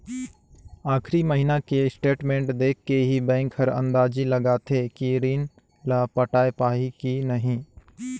आखरी महिना के स्टेटमेंट देख के ही बैंक हर अंदाजी लगाथे कि रीन ल पटाय पाही की नही